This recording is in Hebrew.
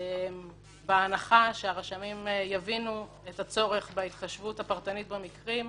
בהנחה שהרשמים יבינו את הצורך בהתחשבות הפרטנית במקרים,